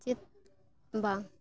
ᱪᱮᱫ ᱵᱟᱝ